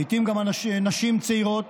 לעיתים גם נשים צעירות,